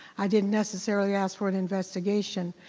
i didn't necessarily ask for an investigation,